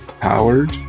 Powered